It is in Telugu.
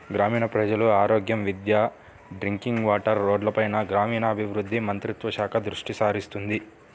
గ్రామీణ ప్రజల ఆరోగ్యం, విద్య, డ్రింకింగ్ వాటర్, రోడ్లపైన గ్రామీణాభివృద్ధి మంత్రిత్వ శాఖ దృష్టిసారిస్తుంది